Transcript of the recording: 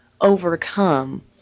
overcome